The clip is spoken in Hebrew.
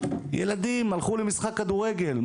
ילדים הלכו למשחק כדורגל.